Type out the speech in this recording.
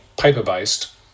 paper-based